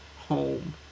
home